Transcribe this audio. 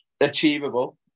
Achievable